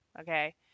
Okay